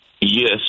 Yes